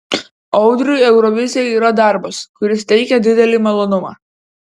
audriui eurovizija yra darbas kuris teikia didelį malonumą